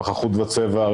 פחחות וצבע,